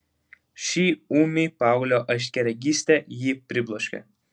ši ūmi paauglio aiškiaregystė jį pribloškė